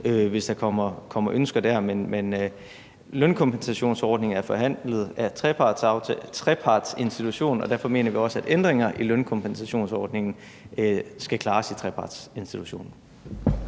hvis der kommer ønsker dér. Men lønkompensationsordningen er forhandlet af trepartsinstitutionen, og derfor mener vi også, at ændringer i lønkompensationsordningen skal klares i trepartsinstitutionen.